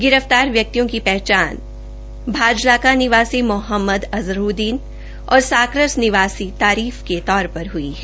गिर फ्तार व्यक्तियों की हचान भाजलाका निवासी मोहम्मद अज़रूददीन और साकरस निवासी तारीफ के तौर र हई है